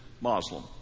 Muslim